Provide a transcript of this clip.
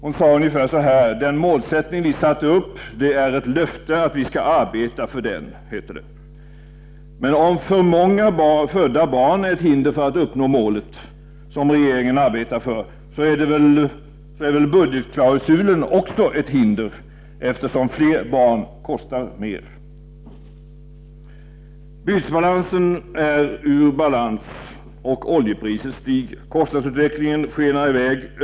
Hon sade ungefär så här: Den målsättning vi satte upp — det är ett löfte att vi skall arbeta för den. Men om ”för många” födda barn är ett hinder för att uppnå målet som regeringen arbetar för, så är väl budgetklausulen också ett hinder, eftersom fler barn kostar mer. Bytesbalansen är ur balans, och oljepriset stiger. Kostnadsutvecklingen skenar i väg.